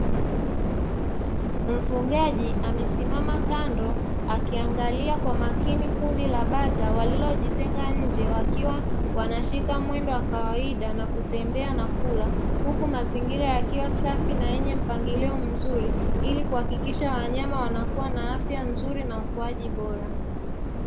Mfugaji amesimama kando akiangalia kwa makini kundi la bata walilojitenga nje, wakiwa wanashika mwendo wa kawaida na kutembea na kula, huku mazingira yakiwa safi na yenye mpangilio mzuri, ili kuhakikisha wanyama wanakuwa na afya nzuri na ukuaji bora.